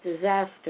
disaster